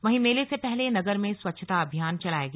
वहीं मेले से पहले नगर में स्वच्छता अभियान चलाया गया